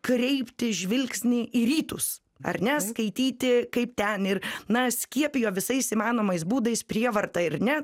kreipti žvilgsnį į rytus ar ne skaityti kaip ten ir na skiepijo visais įmanomais būdais prievarta ir ne